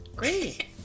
great